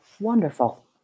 Wonderful